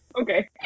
okay